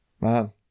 Man